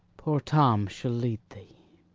poor tom shall lead thee.